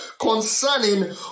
concerning